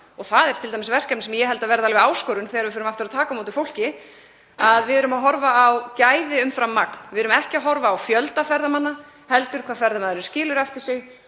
og það er t.d. verkefni sem ég held að verði áskorun þegar við förum aftur að taka á móti fólki, að við erum að horfa á gæði umfram magn. Við erum ekki að horfa á fjölda ferðamanna heldur hvað ferðamaðurinn skilur eftir sig